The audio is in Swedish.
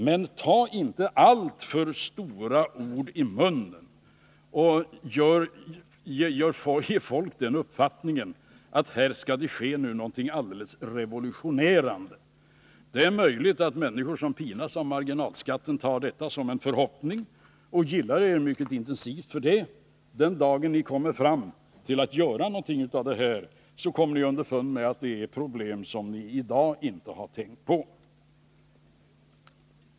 Men ta inte alltför stora ord i munnen och ge folk den uppfattningen att här skall det ske någonting alldeles revolutionerande! Det är möjligt att människor som pinas av marginalskatten tar detta som en förhoppning och gillar er mycket intensivt för det. Den dagen ni kommer fram till att göra någonting av det kommer ni underfund med att det finns problem som ni i dag inte har tänkt på.